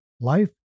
life